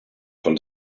von